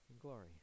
glory